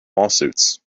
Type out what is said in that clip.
lawsuits